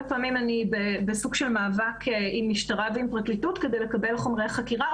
פעמים אני בסוג של מאבק עם משטרה ועם פרקליטות כדי לקבל חומרי חקירה,